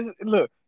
look